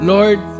Lord